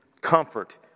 comfort